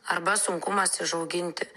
arba sunkumas išauginti